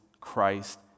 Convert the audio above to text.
Christ